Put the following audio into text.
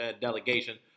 delegation